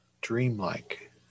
dreamlike